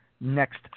next